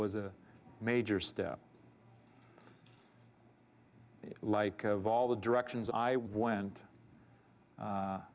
was a major step like of all the directions i went